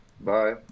Bye